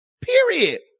Period